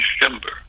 December